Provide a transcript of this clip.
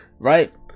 Right